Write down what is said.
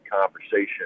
conversation